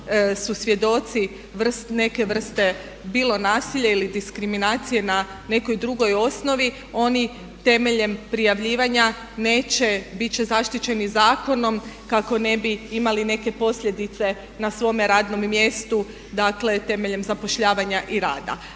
su svjedoci neke vrste bilo nasilja ili diskriminacije na nekoj drugoj osnovi oni temeljem prijavljivanja neće, bit će zaštićeni zakonom kako ne bi imali neke posljedice na svome radnom mjestu dakle temeljem zapošljavanja i rada.